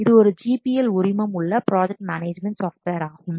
இது ஒரு GPL உரிமம் உள்ள ப்ராஜெக்ட் மேனேஜ்மென்ட் சாஃப்ட்வேர் ஆகும்